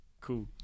Cool